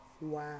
wow